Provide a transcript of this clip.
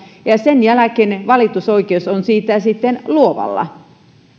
ja ja sen jälkeen valitusoikeus on sitten luovalla